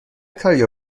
کاریو